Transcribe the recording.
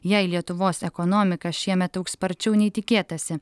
jei lietuvos ekonomika šiemet augs sparčiau nei tikėtasi